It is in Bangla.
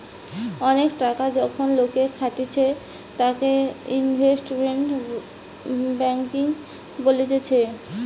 অনেক টাকা যখন লোকে খাটাতিছে তাকে ইনভেস্টমেন্ট ব্যাঙ্কিং বলতিছে